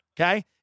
Okay